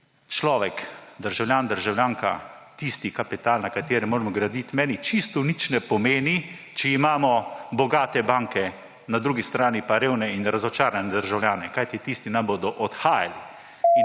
človek, državljan, državljanka tisti kapital, na katerem moramo graditi. Meni čisto nič ne pomeni, če imamo bogate banke, na drugi strani pa revne in razočarane državljane, kajti tisti nam bodo odhajali